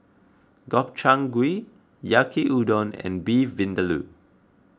Gobchang Gui Yaki Udon and Beef Vindaloo